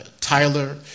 Tyler